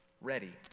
ready